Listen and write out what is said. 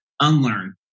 unlearn